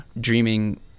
dreaming